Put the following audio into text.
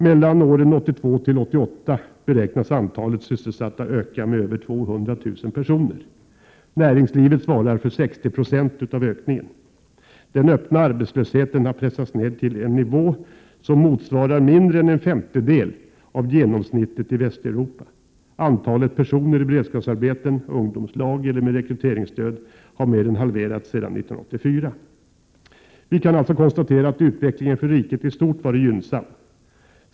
Mellan åren 1982 och 1988 beräknas antalet sysselsatta ha ökat med över 200 000 personer. Näringslivet svarar för ca 60 96 av ökningen. Den öppna arbetslösheten har pressats ned till en nivå som motsvarar mindre än en femtedel av genomsnittet i Västeuropa. Antalet personer i beredskapsarbeten, i ungdomslag eller med rekryteringsstöd har mer än halverats sedan år 1984. Vi kan alltså konstatera att utvecklingen för riket i stort varit gynnsam.